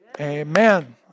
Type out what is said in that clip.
amen